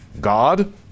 God